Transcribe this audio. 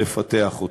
לפתח אותו.